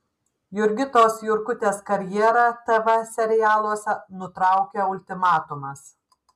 jurgitos jurkutės karjerą tv serialuose nutraukė ultimatumas